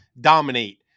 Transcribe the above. dominate